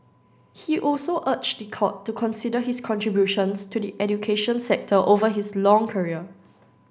he also urged the court to consider his contributions to the education sector over his long career